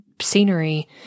scenery